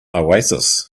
oasis